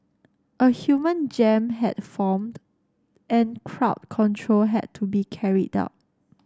a human jam had formed and crowd control had to be carried out